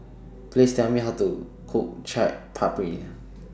Please Tell Me How to Cook Chaat Papri